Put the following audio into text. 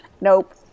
nope